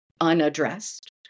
unaddressed